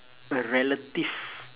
a relative